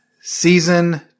Season